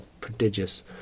prodigious